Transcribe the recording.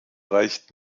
reicht